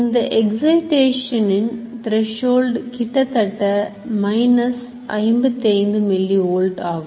இந்த Excitation இன் threshold கிட்டத்தட்ட minus 55 milli volt ஆகும்